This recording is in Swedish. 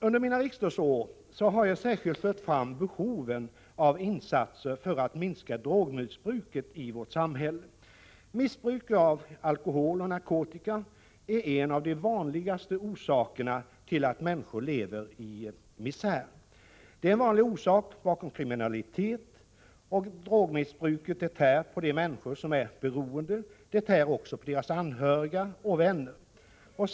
Under mina riksdagsår, herr talman, har jag särskilt fört fram behoven av insatser för att minska drogmissbruket i vårt samhälle. Missbruk av alkohol och narkotika är en av de allra vanligaste orsakerna till att människor lever i misär. Det är en vanlig orsak till kriminalitet. Drogmissbruk tär på de människor som är beroende. Det tär också på deras anhöriga och deras vänner.